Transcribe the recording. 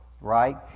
Right